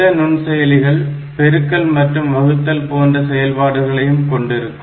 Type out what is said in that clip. சில நுண்செயலிகள் பெருக்கல் மற்றும் வகுத்தல் போன்ற செயல்பாடுகளையும் கொண்டிருக்கும்